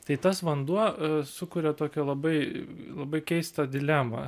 tai tas vanduo sukuria tokią labai labai keistą dilemą